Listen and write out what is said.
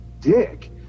dick